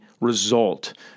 result